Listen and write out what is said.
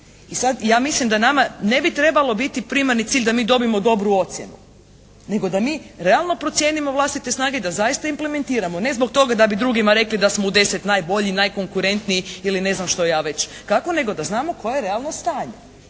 I sad ja mislim da nama ne bi trebalo biti primarni cilj da mi dobimo dobru ocjenu. Nego da mi realno procijenimo vlastite snage i da zaista implementiramo. Ne zbog toga da bi drugima rekli da smo u 10 najboljih, najkonkurentnijih ili ne znam što ja već kako nego da znamo koje je realno stanje.